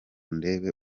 ndebe